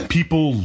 People